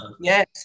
Yes